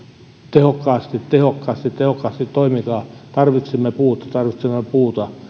tehokkaasti tehokkaasti tehokkaasti toimikaa tarvitsemme puuta tarvitsemme puuta